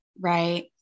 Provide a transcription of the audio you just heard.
Right